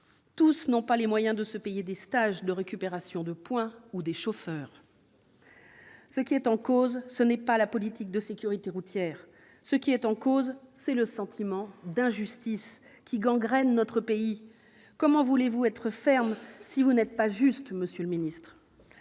Tous n'ont pas les moyens de s'offrir des stages de récupération de points ou des chauffeurs. Ce qui est en cause, ce n'est pas la politique de sécurité routière, c'est le sentiment d'injustice qui gangrène notre pays. Comment voulez-vous être ferme si vous n'êtes pas juste, monsieur le secrétaire